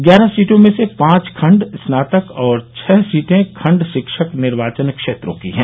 ग्यारह सीटों में से पांच खंड स्नातक और छह सीटे खंड शिक्षक निर्वाचन क्षेत्रों की है